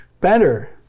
better